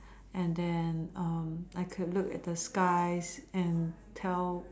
and then I could look at the skies and tell